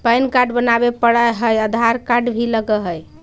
Pan card बनावे पडय है आधार कार्ड भी लगहै?